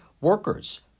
workers